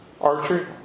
Archery